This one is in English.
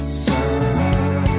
sun